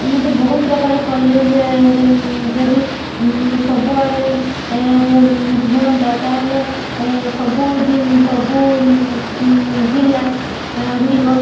ଏମିତି ବହୁତ ପ୍ରକାର କଲେଜ ଯଦି ସବୁଆଡ଼େ ହୁଅନ୍ତା ତା'ହେଲେ ସବୁ ସବୁ ଜିଲ୍ଲା ଗୁଡ଼ିକ